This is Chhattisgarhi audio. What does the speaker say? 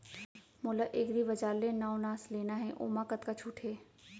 मोला एग्रीबजार ले नवनास लेना हे ओमा कतका छूट हे?